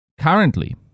currently